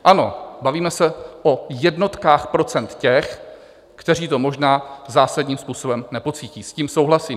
Ano, bavíme se o jednotkách procent těch, kteří to možná zásadním způsobem nepocítí, s tím souhlasím.